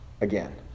again